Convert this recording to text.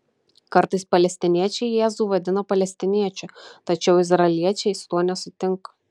kartais palestiniečiai jėzų vadina palestiniečiu tačiau izraeliečiai su tuo nesutinka